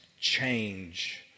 change